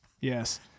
Yes